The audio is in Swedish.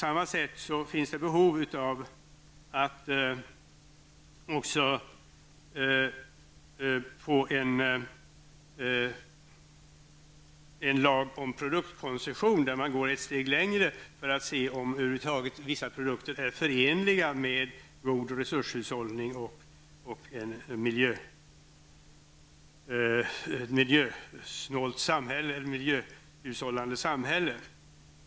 Det finns också behov av en lag om produktkoncession, där man går ett steg längre, för att se om vissa produkter över huvud taget är förenliga med god resurs och miljöhushållning.